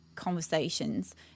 conversations